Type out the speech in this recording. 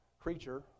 creature